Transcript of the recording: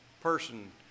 person